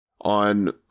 on